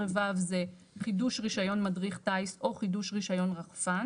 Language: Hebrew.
18(ו) זה חידוש רישיון מדריך טיס או חידוש רישיון רחפן.